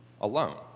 alone